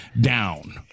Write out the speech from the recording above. down